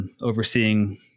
Overseeing